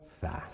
fast